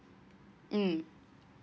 mm